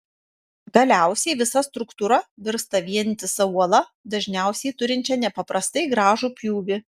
galiausiai visa struktūra virsta vientisa uola dažniausiai turinčia nepaprastai gražų pjūvį